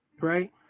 right